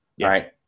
right